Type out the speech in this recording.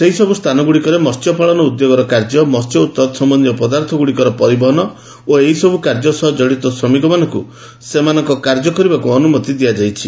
ସେହିସବ୍ ସ୍ଥାନଗୁଡ଼ିକରେ ମହ୍ୟପାଳନ ଉଦ୍ୟୋଗରେ କାର୍ଯ୍ୟ ମହ୍ୟ ଓ ତତ୍ ସମ୍ଭନ୍ଧୀୟ ପଦାର୍ଥଗୁଡ଼ିକର ପରିବହନ ଓ ଏହିସବୁ କାର୍ଯ୍ୟସହ ଜଡ଼ିତ ଶ୍ରମିକମାନଙ୍କୁ ସେମାନଙ୍କ କାର୍ଯ୍ୟ କରିବାକୁ ଅନୁମତି ଦିଆଯାଇଛି